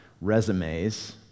resumes